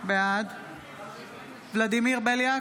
בעד ולדימיר בליאק,